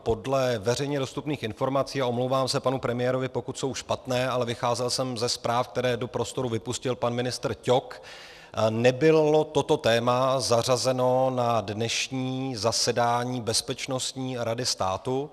Podle veřejně dostupných informací, a omlouvám se panu premiérovi, pokud jsou špatné, ale vycházel jsem ze zpráv, které do prostoru vypustil pan ministr Ťok, nebylo toto téma zařazeno na dnešní zasedání Bezpečností rady státu.